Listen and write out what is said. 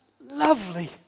lovely